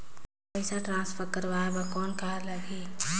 पइसा ट्रांसफर करवाय बर कौन का लगही?